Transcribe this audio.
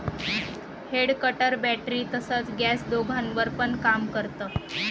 head cutter battery तसच gas दोघांवर पण काम करत